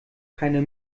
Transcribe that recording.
keine